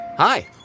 Hi